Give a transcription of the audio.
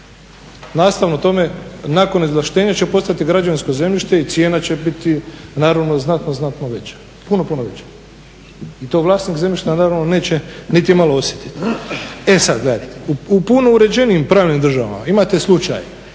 nastavno tome nakon izvlaštenja će postati građevinsko zemljište i cijena će biti puno, puno veća i to vlasnik zemljišta naravno neće niti malo osjetiti. E sada, gledajte u puno uređenijim pravnim državama imate slučaj